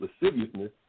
lasciviousness